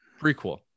prequel